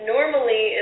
Normally